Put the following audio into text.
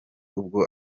ubwo